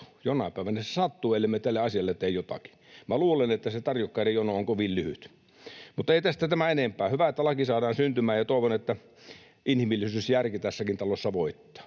Jonain päivänä se sattuu, ellemme tälle asialle tee jotakin. Minä luulen, että se tarjokkaiden jono on kovin lyhyt. Ei tästä tämän enempää. Hyvä, että laki saadaan syntymään, ja toivon, että inhimillisyys ja järki tässäkin talossa voittavat.